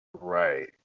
right